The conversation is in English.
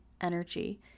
energy